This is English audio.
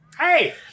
Hey